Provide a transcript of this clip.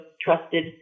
trusted